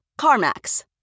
CarMax